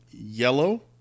yellow